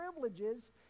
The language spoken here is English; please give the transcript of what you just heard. privileges